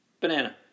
banana